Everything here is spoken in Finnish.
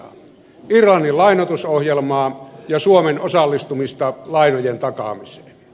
irlannin lainoitusohjelmaa ja suomen osallistumista lainojen takaamiseen